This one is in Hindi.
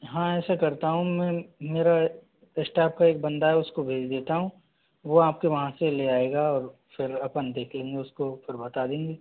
हाँ ऐसा करता हूँ मैं मेरा इस टाइप का एक बंदा है उसको भेज देता हूँ वो आपके वहाँ से ले आएगा और फिर अपन देख लेंगे उसको फिर बता देंगे